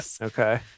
Okay